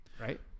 right